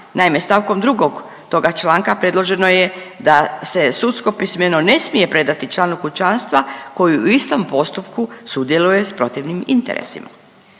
Naime, st. 2. toga članka predloženo je da se sudsko pismeno ne smije predati članu kućanstva koji u istom postupku sudjeluje s protivnim interesima.